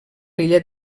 l’illa